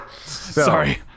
Sorry